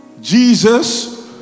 Jesus